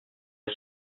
est